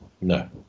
No